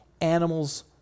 animals